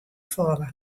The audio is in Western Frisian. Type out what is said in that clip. falle